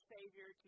Savior